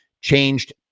changed